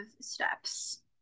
steps